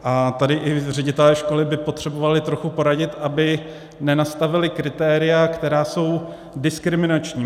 A tady i ředitelé školy by potřebovali trochu poradit, aby nenastavili kritéria, která jsou diskriminační.